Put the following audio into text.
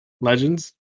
Legends